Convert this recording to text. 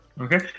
Okay